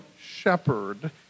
shepherd